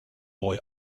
boy